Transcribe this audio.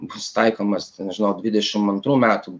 bus taikomas ten nežinau dvidešim antrų metų